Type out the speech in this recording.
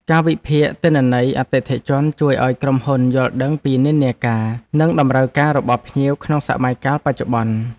ការវិភាគទិន្នន័យអតិថិជនជួយឱ្យក្រុមហ៊ុនយល់ដឹងពីនិន្នាការ និងតម្រូវការរបស់ភ្ញៀវក្នុងសម័យកាលបច្ចុប្បន្ន។